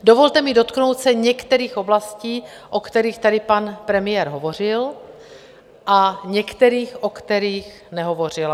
Dovolte mi dotknout se některých oblastí, o kterých tady pan premiér hovořil, a některých, o kterých nehovořil.